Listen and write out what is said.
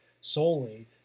solely